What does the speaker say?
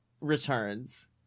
returns